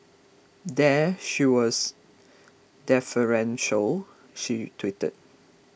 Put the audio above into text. there she was deferential she tweeted